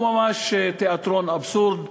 הוא ממש תיאטרון אבסורד,